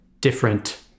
different